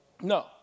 No